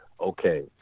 okay